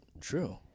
true